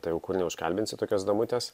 tai jau kur neužkalbinsi tokios damutės